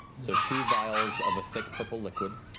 so two vials of a thick purple liquid,